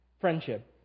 Friendship